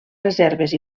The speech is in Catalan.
reserves